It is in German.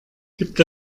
gibt